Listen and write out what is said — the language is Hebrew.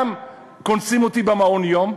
גם קונסים אותי במעון-יום,